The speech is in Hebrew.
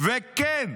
וכן,